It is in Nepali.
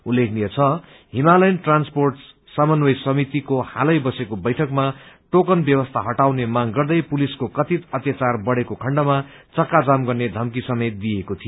उल्लेखनीय छ हिमालयन ट्रान्सपोर्ट समन्वय समितिको हालै बसेको बैठकमा टोकन व्यवस्था हटाउने माग गर्दै पुलिसको कथित अत्याचार बढ़ेको खण्डमा चक्का जाम गर्ने धम्की समेत दिएको थियो